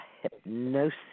hypnosis